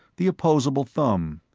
the opposable thumb,